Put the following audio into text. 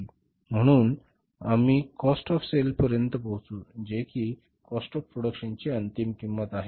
म्हणून मग आम्ही काॅस्ट ऑफ सेल पर्यंत पोहोचू जे की काॅस्ट ऑफ प्रोडक्शनची अंतिम किंमत आहे